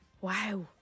wow